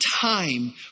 time